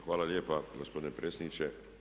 Hvala lijepa gospodine predsjedniče.